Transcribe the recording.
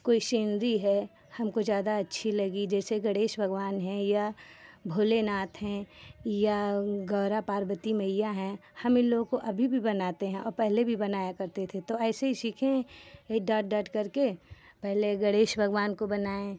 कोई सिनरी है हमको ज़्यादा अच्छी लगी जैसे गणेश भगवान है या भोले नाथ हैं या गौरा पार्वती मइया हैं हम इन लोगों को अभी भी बनाते हैं और पहले भी बनाया करते थे तो ऐसे ही सीखे हैं ये डॉट डॉट करके पहले गणेश भगवान को बनाए हैं